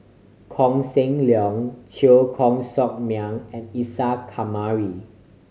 Koh Seng Leong Teo Koh Sock Miang and Isa Kamari